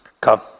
come